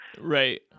Right